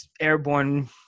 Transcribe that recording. airborne